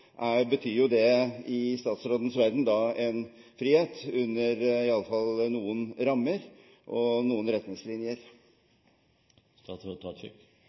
betyr jo det i statsrådens verden en frihet under i alle fall noen rammer og noen retningslinjer.